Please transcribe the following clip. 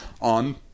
on